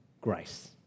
grace